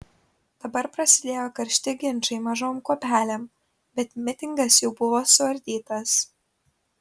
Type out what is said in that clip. dabar prasidėjo karšti ginčai mažom kuopelėm bet mitingas jau buvo suardytas